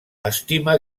estima